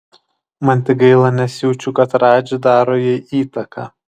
man tik gaila nes jaučiu kad radži daro jai įtaką